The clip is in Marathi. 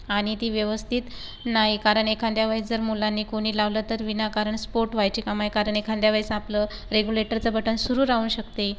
आणि ती व्यवस्थित नाही कारण एखाद्या वेळेस जर मुलांनी कोणी लावलं तर विनाकारण स्फोट व्हायची काम कारण एखाद्या वेळेस आपलं रेग्युलेटरचं बटन सूरु राहू शकते